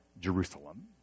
Jerusalem